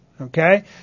okay